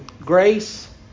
Grace